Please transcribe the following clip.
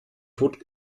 tot